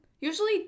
Usually